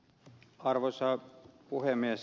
arvoisa puhemies